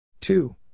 two